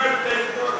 תלמד את ההיסטוריה.